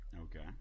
Okay